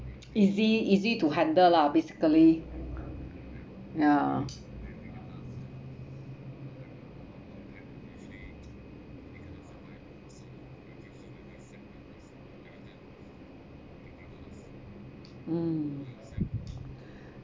easy easy to handle lah basically ya mm